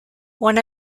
one